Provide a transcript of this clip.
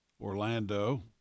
Orlando